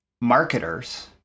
marketers